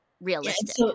realistic